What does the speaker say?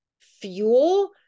fuel